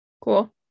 Cool